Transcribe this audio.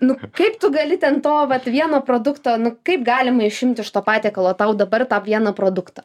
nu kaip tu gali ten to vat vieno produkto nu kaip galima išimti iš to patiekalo tau dabar tą vieną produktą